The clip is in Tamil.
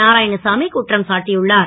நாராயணசாமி குற்றம் சாட்டியுள்ளார்